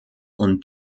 und